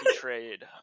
trade